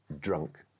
drunk